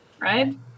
right